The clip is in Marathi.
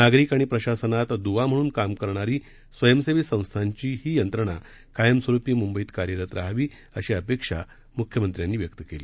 नागरिक आणि प्रशासनात दुवा म्हणून काम करणारी स्वयसेवी संस्थांची ही यंत्रणा कायमस्वरूपी मुंबईत कार्यरत राहावी अशी अपेक्षा मुख्यमंत्र्यांनी व्यक्त केली